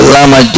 Lama